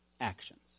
actions